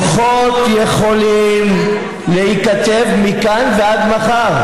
דוחות יכולים להיכתב מכאן ועד מחר,